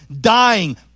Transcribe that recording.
dying